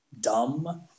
dumb